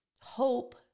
hope